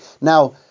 Now